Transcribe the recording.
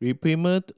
repayment